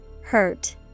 Hurt